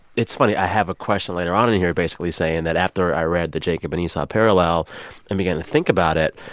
it's funny. i have a question later on in here basically saying that after i read the jacob and esau parallel and begin to think about it,